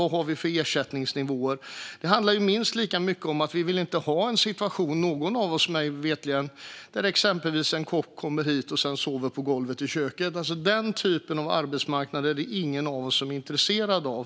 Vad har vi för ersättningsnivåer? Det handlar ju minst lika mycket om att ingen av oss, mig veterligen, vill ha en situation där exempelvis en kock kommer hit och sedan sover på golvet i köket. Den typen av arbetsmarknad är det ingen av oss som är intresserad av.